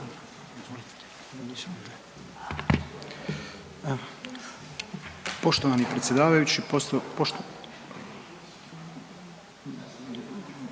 Poštovani predsjedavajući, poštovani